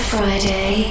Friday